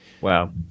Wow